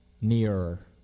nearer